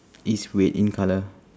is red in colour